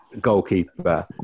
goalkeeper